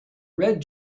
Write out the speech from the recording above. red